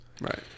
Right